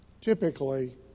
Typically